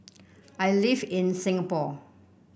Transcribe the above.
I live in Singapore